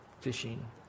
fishing